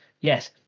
Yes